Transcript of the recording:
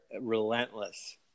relentless